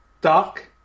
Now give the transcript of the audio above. Duck